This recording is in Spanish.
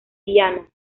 viana